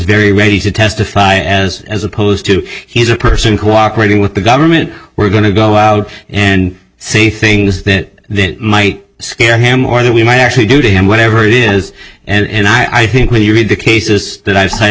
very ready to testify as as opposed to he's a person cooperating with the government we're going to go out and see things that might scare him or that we might actually do to him whatever it is and i think when you read the cases that i've